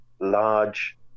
large